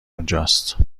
اونجاست